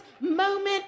moment